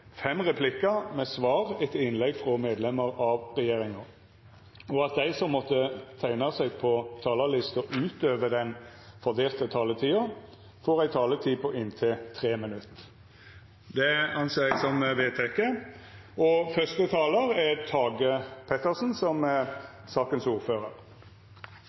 fem replikker med svar etter innlegg fra medlemmer av regjeringen, og at de som måtte tegne seg på talerlisten utover den fordelte taletid, får en taletid på inntil